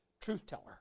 truth-teller